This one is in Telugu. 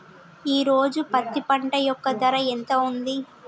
ఈ రోజు పత్తి పంట యొక్క ధర ఎంత ఉంది?